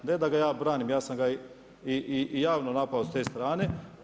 Ne da ga ja branim, ja sam ga i javno napao s te strane.